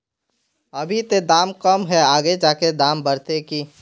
अभी ते दाम कम है आगे जाके दाम बढ़ते की?